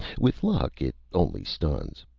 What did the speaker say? with luck, it only stuns.